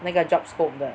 那个 job scope 的